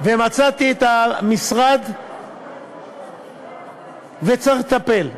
את המשרד וצריך לטפל.